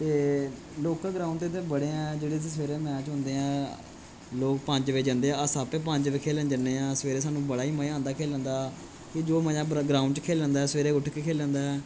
ते local ground दे ते बड़े ऐ जेह्दे च सवेरे मैच होंदे ऐं लोक पंज बजे जंदे अस बी पंज बजे खेलन जनेआं सवेरे साह्नू बड़ा मजा आंदा खेलन दा